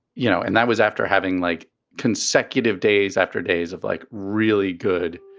you know, and that was after having like consecutive days after days of, like, really good,